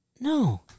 No